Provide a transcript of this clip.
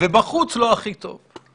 ובחוץ זה לא הכי טוב.